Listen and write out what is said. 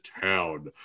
town